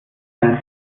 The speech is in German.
seien